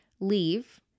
leave